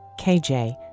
KJ